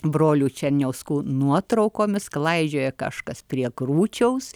brolių černiauskų nuotraukomis klaidžioja kažkas prie krūčiaus